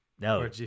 No